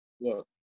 Look